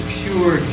pure